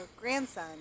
grandson